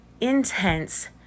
intense